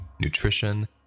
nutrition